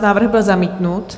Návrh byl zamítnut.